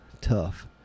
tough